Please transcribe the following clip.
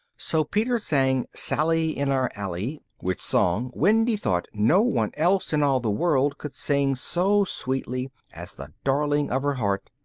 so peter sang sally in our alley, which song wendy thought no one else in all the world could sing so sweetly as the darling of her heart,